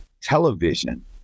television